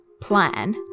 plan